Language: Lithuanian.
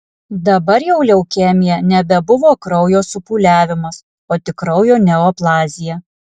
dabar jau leukemija nebebuvo kraujo supūliavimas o tik kraujo neoplazija